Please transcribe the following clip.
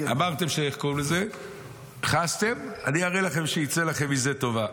אמרתם, חסתם, אני אראה לכם שתצא לכם מזה טובה.